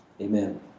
amen